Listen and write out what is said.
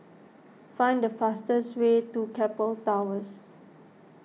find the fastest way to Keppel Towers